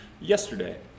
yesterday